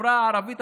בחברה הערבית,